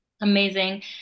Amazing